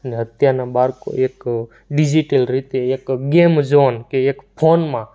અને અત્યારના બાળકો એક ડિજિટલ રીતે એક ગેમઝોન કે એક ફોનમાં